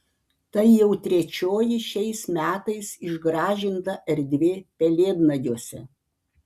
tai jau trečioji šiais metais išgražinta erdvė pelėdnagiuose